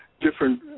different